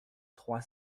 trois